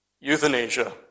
euthanasia